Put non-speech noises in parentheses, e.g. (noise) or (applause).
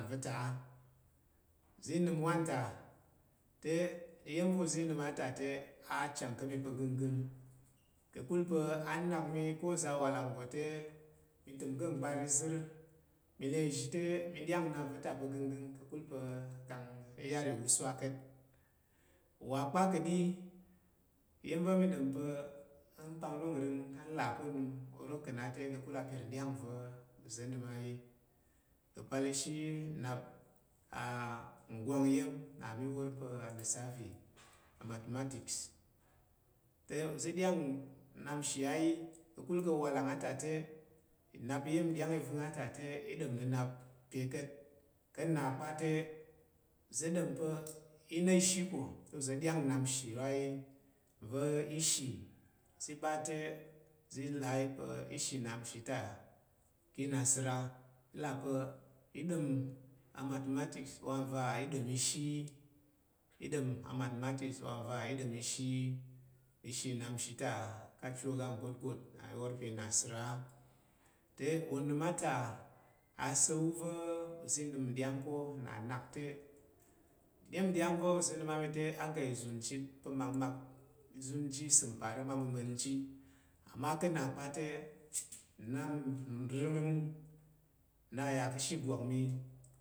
Va̱ ta uzi nəm wanta te iya̱m va̱ uzi nəm te le a chang ka̱ mi pa̱ gənggəng ka̱kul pa̱ a na ka̱ mi ko nza̱ walang nggo te mi təm ka̱ ngbar izər mi ka̱she te mi ɗyang nnap va̱ ta pa̱ gənggəng ka̱kul pa̱ kang nyar iwusuwa ka̱t wa pa̱ ka̱ɗi. Nvəng va̱ i ɗom pa̱ nkpan nva̱ng va̱ ka̱ là ko onəm ova̱ ka̱ na te ka̱kul apir nɗyang va̱ uza̱ nəm a yi ka̱pal ishi nna (hesitation) ngwang itam nna mi wor pa̱ a lisafi mathematics te uzi ɗyang nnap nshi a yi ka̱kul ka̱ awalang a ta te nnap iya̱m ɗyang ɗyang ivəng a ta te iɗyang nnap ɗyang ka̱t te uzi ɗyang nnap nshi iya̱m ɗyang ivəng a ta te iɗyang nnap kat ka̱ nna kpa te uze da̱r i pa̱ i na ishi ko ta uzi ɗyang nnap nshi nro a yi va̱ ishi uzi ɓa te i là a yi pa̱ ishi nnap shi ta ki nasəra là pa̱ iɗyang amathematics wa nva̱ i ɗom ishi yi i ɗom amethematics wa nva i ɗom ishi yi ishi nnap nshi ta ka chu oga ngwotgwot nna mi wor pa̱ inasəra te unəm a ta uza̱ wa va̱ uzi nəm nɗyang ko nna nak te iya̱m va̱ uza̱ nəm mi te uza̱ izun chit pa̱ makmak izun ji isəm parəm aməman ji ama kan na patenap uring ne ya ka shi igwakwi